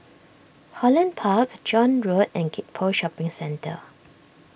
Holland Park John Road and Gek Poh Shopping Centre